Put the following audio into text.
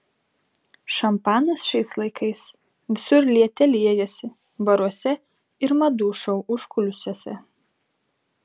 šampanas šiais laikais visur liete liejasi baruose ir madų šou užkulisiuose